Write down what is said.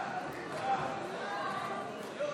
הודעת חבר הכנסת בנימין נתניהו